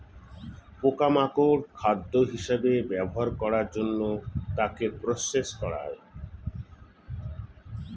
পোকা মাকড় খাদ্য হিসেবে ব্যবহার করার জন্য তাকে প্রসেস করা হয়